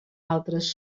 altres